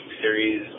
series